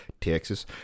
Texas